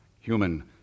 human